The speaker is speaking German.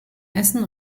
essen